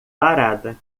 parada